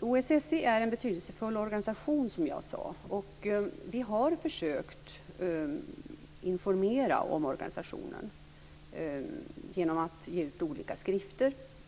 OSSE är en betydelsefull organisation, som jag sade. Vi har försökt informera om organisationen genom att ge ut olika skrifter.